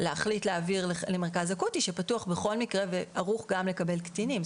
להחליט להעביר למרכז אקוטי שפתוח בכל מקרה וערוך גם לקבל קטינים.